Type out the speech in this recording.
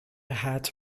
had